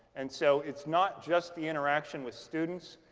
and so it's not just the interaction with students,